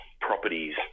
properties